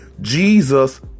Jesus